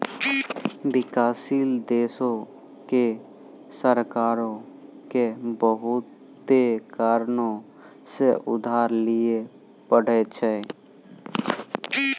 विकासशील देशो के सरकारो के बहुते कारणो से उधार लिये पढ़ै छै